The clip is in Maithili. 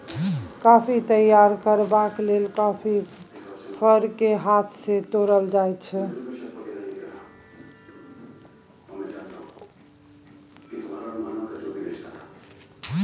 कॉफी तैयार करबाक लेल कॉफी फर केँ हाथ सँ तोरल जाइ छै